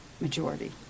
majority